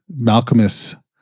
Malcolmus